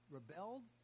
rebelled